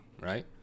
right